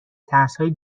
ترسهای